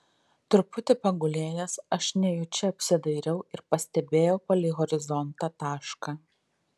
truputį pagulėjęs aš nejučia apsidairiau ir pastebėjau palei horizontą tašką